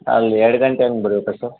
ಅಲ್ಲ ಎರಡು ಗಂಟೆ ಹಂಗೆ ಬಿಡಬೇಕಾ ಸರ್